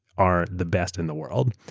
are the best in the world.